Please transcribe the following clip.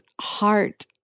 heart